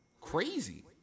crazy